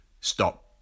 stop